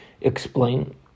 explain